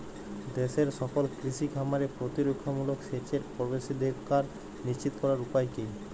দেশের সকল কৃষি খামারে প্রতিরক্ষামূলক সেচের প্রবেশাধিকার নিশ্চিত করার উপায় কি?